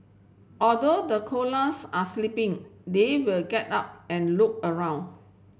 although the koalas are sleeping they will get up and look around